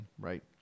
Right